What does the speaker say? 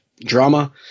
drama